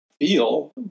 feel